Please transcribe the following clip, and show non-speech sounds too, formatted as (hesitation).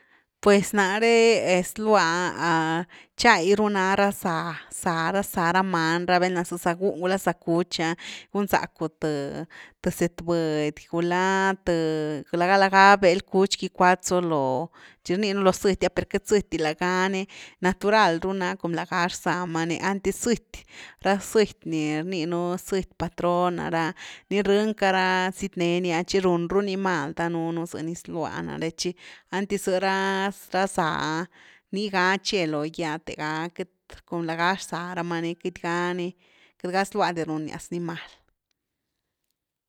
Pues náre zlua (hesitation) tchay ru na ra záh-záh ra záh ra many, ra velna za rzáh gun gula záh cuch ‘ah, gunzacku th zëtbudy, gula tëga la ga bel cuch gi gicuatzu lo, tchi rninu lo zëty, per queity zëty di, lá gá ni, natural ru na ni, com lagá rza ma ni, einty zëty, ra zëty ni rni nu ra zëty patrona ra ni rënca ra zietne ni’a tchi run runi maldanuunu zëny zlua nare tchi, einty za ra záh ‘ah niga tche logy, tega queity, cun lága rzáh rama ni queity ga’ni queity ga zlua dia runyas ni mal.